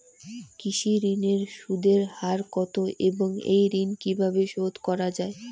কৃষি ঋণের সুদের হার কত এবং এই ঋণ কীভাবে শোধ করা য়ায়?